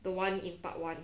the one in part one